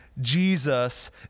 Jesus